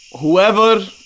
whoever